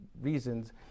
reasons